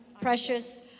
precious